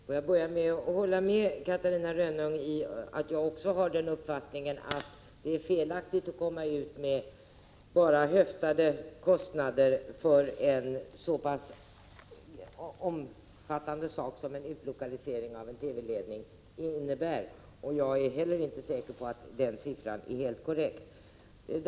Herr talman! Låt mig börja med att hålla med Catarina Rönnung. Jag har också uppfattningen att det är felaktigt att lägga fram kostnadsberäkningar som bara är höftade för en så pass omfattande sak som en utlokalisering av en TV-ledning innebär. Jag är heller inte säker på att den nämnda siffran är helt korrekt. Herr talman!